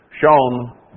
shown